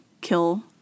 kill